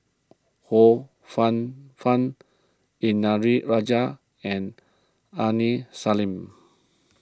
Ho Fun Fun Indranee Rajah and Aini Salim